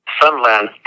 Sunland